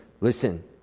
listen